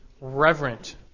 reverent